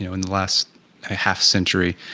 in the last half century,